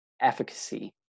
efficacy